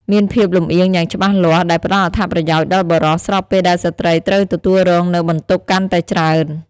មានភាពលម្អៀងយ៉ាងច្បាស់លាស់ដែលផ្ដល់អត្ថប្រយោជន៍ដល់បុរស ស្របពេលដែលស្ត្រីត្រូវទទួលរងនូវបន្ទុកកាន់តែច្រើន។